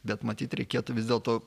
bet matyt reikėtų vis dėlto